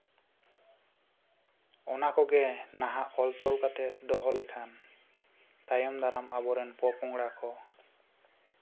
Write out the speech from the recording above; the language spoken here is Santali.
ᱚᱱᱟᱠᱚᱜᱮ ᱱᱟᱦᱟᱜ ᱚᱞᱼᱛᱚᱞ ᱠᱟᱛᱮ ᱫᱚᱦᱚ ᱞᱮᱠᱷᱟᱱ ᱛᱟᱭᱚᱢᱼᱫᱟᱨᱟᱢ ᱟᱵᱚ ᱨᱮᱱ ᱯᱚᱼᱯᱚᱝᱲᱟ ᱠᱚ